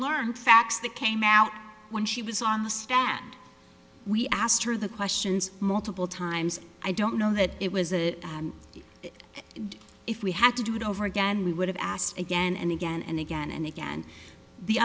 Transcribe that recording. learn facts that came out when she was on the stand we asked her the questions multiple times i don't know that it was it if we had to do it over again we would have asked again and again and again and again the